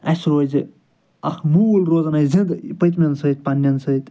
اسہِ روزِ اَکھ موٗل روزَن اسہِ زِنٛدٕ پٔتمیٚن سۭتۍ پَننیٚن سۭتۍ